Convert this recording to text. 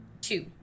two